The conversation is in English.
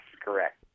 correct